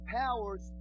powers